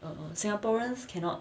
err singaporeans cannot